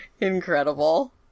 Incredible